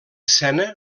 escena